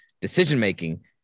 decision-making